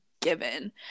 given